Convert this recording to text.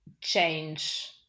change